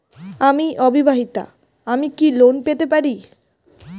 আমি অবিবাহিতা আমি কি লোন পেতে পারি?